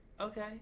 okay